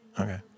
Okay